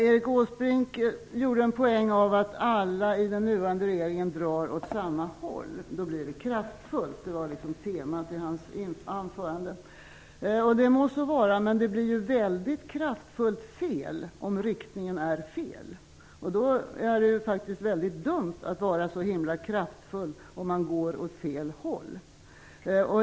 Erik Åsbrink gjorde en poäng av att alla i den nuvarande regeringen drar åt samma håll, och då blir det kraftfullt. Det var temat i hans anförande. Det må så vara, men det blir väldigt kraftfullt fel om riktningen är fel. Då är det faktiskt väldigt dumt att vara så himla kraftfull om man går åt fel håll.